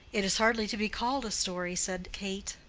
it is hardly to be called a story, said kate.